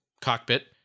cockpit